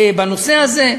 בנושא הזה,